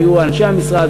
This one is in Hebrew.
שהיו אנשי המשרד,